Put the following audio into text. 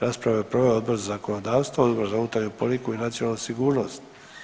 Raspravu su proveli Odbor za zakonodavstvo, Odbor za unutarnju politiku i nacionalnu sigurnost.